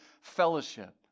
fellowship